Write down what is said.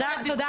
הדבר